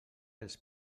els